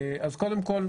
אז קודם כל,